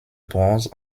bronze